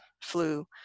flu